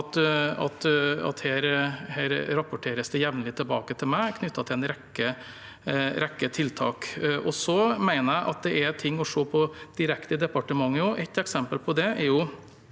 at det rapporteres jevnlig tilbake til meg om en rekke tiltak. Så mener jeg det er ting å se på direkte i departementet også. Et eksempel på det er at